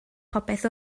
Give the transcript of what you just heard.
popeth